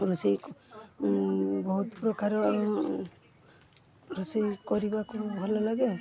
ରୋଷେଇ ବହୁତ ପ୍ରକାର ରୋଷେଇ କରିବାକୁ ଭଲ ଲାଗେ